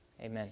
Amen